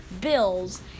bills